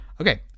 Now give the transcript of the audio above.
Okay